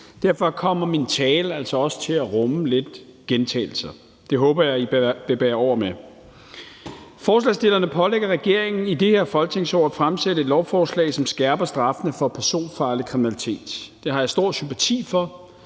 Derfor kommer min tale altså også til at rumme lidt gentagelser. Det håber jeg at I vil bære over med. Forslagsstillerne pålægger regeringen i det her folketingsår at fremsætte et lovforslag, som skærper straffen for personfarlig kriminalitet. Det har jeg stor sympati for.